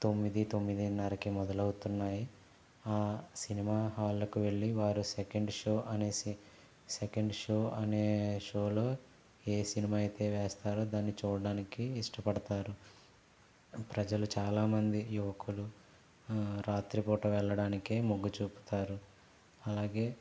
తొమ్మిది తొమ్మిదిన్నరకి మొదలవుతున్నాయి ఆ సినిమా హాల్లోకి వెళ్ళీ వారు సెకండ్ షో అనేసి సెకండ్ షో అనే షోలో ఏ సినిమా అయితే వేస్తారో దాన్ని చూడడానికి ఇష్టపడతారు ప్రజలు చాలామంది యువకులు రాత్రిపూట వెళ్లడానికే ముగ్గు చూపుతారు అలాగే